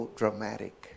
dramatic